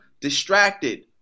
distracted